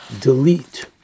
delete